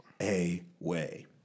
away